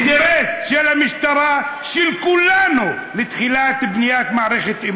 אתה שר המשטרה של כל אזרחי מדינת ישראל.